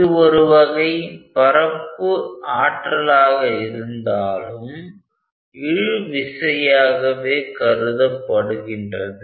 இது ஒருவகை பரப்பு ஆற்றலாக இருந்தாலும் இழு விசையாகவே கருதப்படுகின்றது